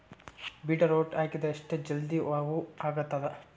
Beetroot ಹಾಕಿದರ ಎಷ್ಟ ಜಲ್ದಿ ಹೂವ ಆಗತದ?